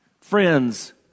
friends